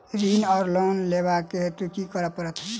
ऋण वा लोन लेबाक हेतु की करऽ पड़त?